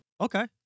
Okay